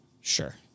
Sure